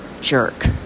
jerk